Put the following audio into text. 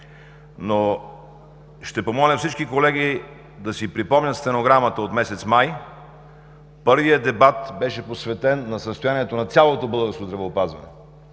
Но ще помоля всички колеги да си припомнят стенограмата от месец май – първият дебат беше посветен на състоянието на цялото българско здравеопазване.